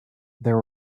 there